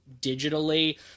digitally